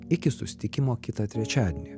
iki susitikimo kitą trečiadienį